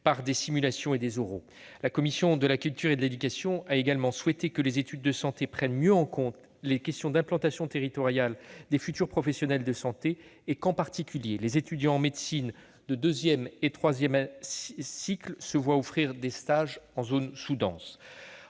par des simulations et des oraux. La commission de la culture, de l'éducation et de la communication a également souhaité que les études de santé prennent mieux en compte les questions d'implantation territoriale des futurs professionnels de santé et, en particulier, que les étudiants en médecine de deuxième et troisième cycles se voient offrir des stages en zones sous-denses.